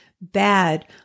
bad